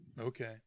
Okay